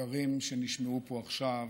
דברים שנשמעו פה עכשיו,